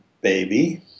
baby